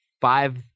five